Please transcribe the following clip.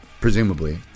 presumably